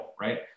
right